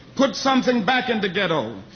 put something back in the ghetto.